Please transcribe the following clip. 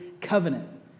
covenant